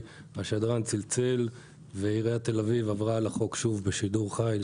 השדרן צלצל ועיריית תל אביב עברה על החוק שוב בשידור חי.